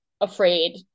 afraid